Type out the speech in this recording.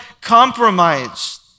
compromised